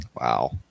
Wow